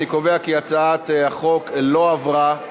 אני קובע כי הצעת החוק לא עברה.